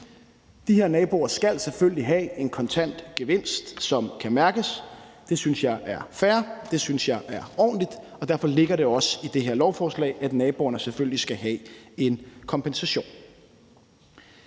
De her naboer skal selvfølgelig have en kontant gevinst, som kan mærkes. Det synes jeg er fair. Det synes jeg er ordentligt. Derfor ligger der også det i det her lovforslag, at naboerne selvfølgelig skal have en kompensation.